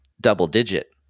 double-digit